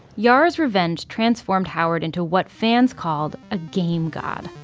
yar's revenge transformed howard into what fans called a game god.